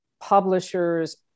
Publishers